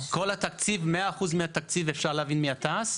100% מהתקציב אפשר להבין מהתע"ש?